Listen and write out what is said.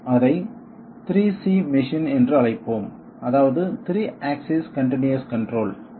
நாம் அதை 3C machine என்று அழைப்போம் அதாவது 3 ஆக்சிஸ் கன்டினியஸ் கன்ட்ரோல்